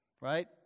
Right